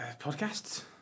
Podcasts